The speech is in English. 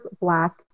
black